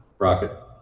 rocket